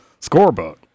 scorebook